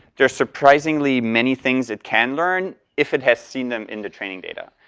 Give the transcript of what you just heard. there's surprisingly many things it can learn, if it has seen them in the training data.